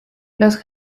los